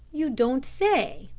you don't say,